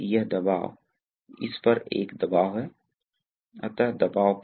तो यह एक बहुत ही सरल दबाव राहत वाल्व है